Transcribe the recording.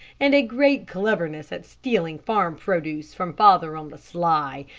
and a great cleverness at stealing farm produce from father on the sly,